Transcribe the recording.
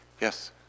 Yes